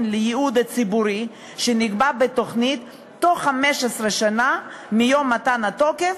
לייעוד ציבורי שנקבע בתוכנית בתוך 15 שנה מיום מתן התוקף,